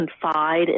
confide